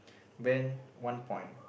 Ben one point